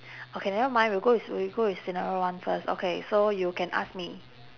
okay never mind we'll go with s~ we'll go with scenario one first okay so you can ask me